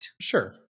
Sure